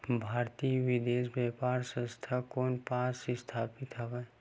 भारतीय विदेश व्यापार संस्था कोन पास स्थापित हवएं?